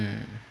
mm